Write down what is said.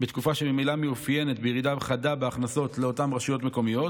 בתקופה שממילא מתאפיינת בירידה חדה בהכנסות לאותן רשויות מקומיות